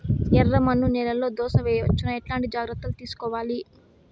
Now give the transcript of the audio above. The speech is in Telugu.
ఎర్రమన్ను నేలలో దోస వేయవచ్చునా? ఎట్లాంటి జాగ్రత్త లు తీసుకోవాలి?